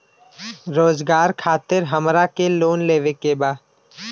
रोजगार खातीर हमरा के लोन लेवे के बा?